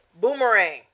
Boomerang